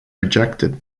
rejected